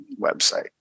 website